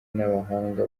n’abahanga